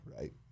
right